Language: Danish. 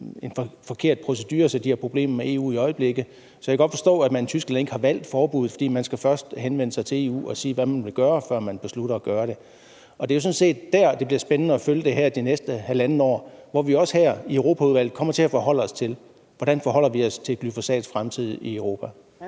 en forkert procedure, så de har problemer med EU i øjeblikket, så jeg kan godt forstå, at man i Tyskland ikke har valgt et forbud, for man skal først henvende sig til EU og sige, hvad man vil gøre, før man beslutter at gøre det. Og det er jo sådan set der, det bliver spændende at følge det her det næste halvandet år, hvor vi også i Europaudvalget kommer til at tage stilling til, hvordan vi forholder os til glyfosats fremtid i Europa. Kl.